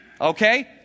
okay